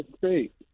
great